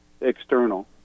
external